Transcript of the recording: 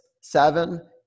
seven